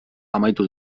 amaitu